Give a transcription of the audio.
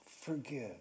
forgive